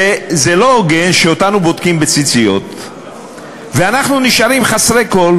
זה לא הוגן שאותנו בודקים בציציות ואנחנו נשארים חסרי כול,